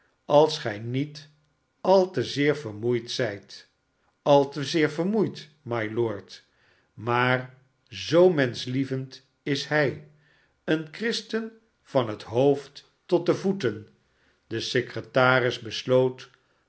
als gij niet al te zeer vermoeid zijt a te zeer vermoeid mylord maar zoo menschlievend is mj een christen van het hoofd tot de voeten de secretaris besloot